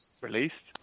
released